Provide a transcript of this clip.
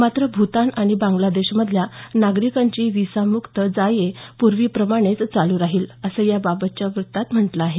मात्र भूतान आणि बांगलादेशमधल्या नागरिकांची व्हिसामुक्त जा ये पूर्वीप्रमाणेच चालू राहील असं याबाबतच्या व्रत्तात म्हटलं आहे